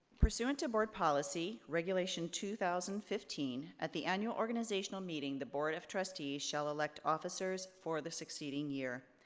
pursuant to board policy, regulation two thousand and fifteen, at the annual organizational meeting, the board of trustees shall elect officers for the succeeding year.